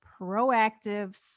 proactive